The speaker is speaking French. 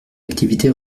activité